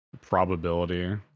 probability